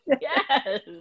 Yes